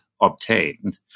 obtained